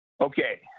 Okay